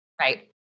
Right